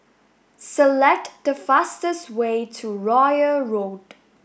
select the fastest way to Royal Road